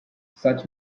such